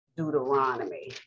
Deuteronomy